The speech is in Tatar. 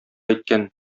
әйткән